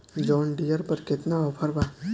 John Deere पर केतना offer बा?